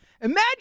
Imagine